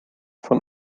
von